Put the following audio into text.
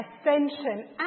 Ascension